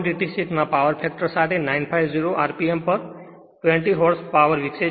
86 ના power factor સાથે 950 rpm પર 20 હોર્સ પાવર વિકસે છે